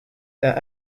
that